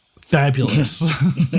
fabulous